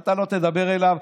אתה לא תדבר עליו.